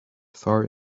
far